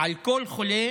על כל חולה